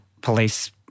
police